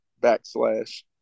backslash